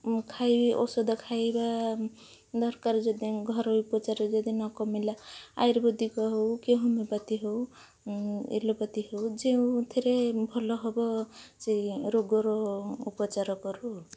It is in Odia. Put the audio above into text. ମୁଁ ଖାଇବି ଔଷଧ ଖାଇବା ଦରକାର ଯଦି ଘରୋଇ ଉପଚାରରେ ଯଦି ନ କମିଲା ଆୟୁର୍ବେଦିକ ହଉ କି ହୋମିଓପାଥିକ ହଉ ଏଲୋପାଥିକ ହଉ ଯେଉଁଥିରେ ଭଲ ହେବ ସେଇ ରୋଗର ଉପଚାର କରୁ